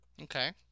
Okay